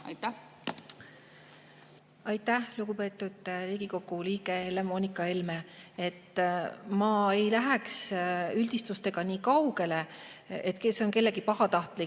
Aitäh, lugupeetud Riigikogu liige Helle-Moonika Helme! Ma ei läheks üldistustega nii kaugele, et kas see on kellegi pahatahtlik